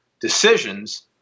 decisions